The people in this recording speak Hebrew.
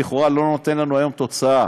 ולכאורה לא נותן לנו היום תוצאה,